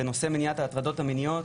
ונושא מניעת ההטרדות המיניות